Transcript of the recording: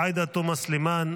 עאידה תומא סלימאן,